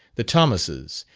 the thomases,